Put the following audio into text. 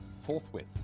Forthwith